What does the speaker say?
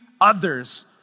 others